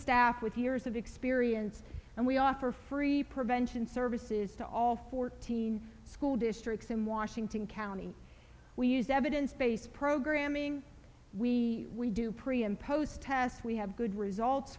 staff with years of experience and we offer free prevention services to all fourteen school districts in washington county we use evidence based programming we we do pre and post tests we have good results